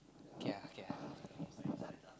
k ah k ah